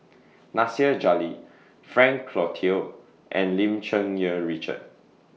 Nasir Jalil Frank Cloutier and Lim Cherng Yih Richard